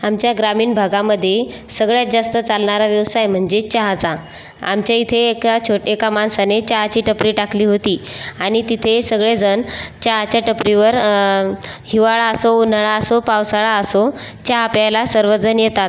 आमच्या ग्रामीण भागामधे सगळ्यात जास्त चालणारा व्यवसाय म्हणजे चहाचा आमच्या इथे एका छो एका माणसाने चहाची टपरी टाकली होती आणि तिथे सगळेजण चहाच्या टपरीवर हिवाळा असो उन्हाळा असो पावसाळा असो चहा प्यायला सर्वजण येतात